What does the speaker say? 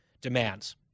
demands